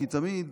כי תמיד,